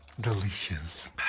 delicious